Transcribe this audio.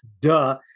duh